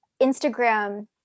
Instagram